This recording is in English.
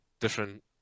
different